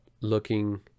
looking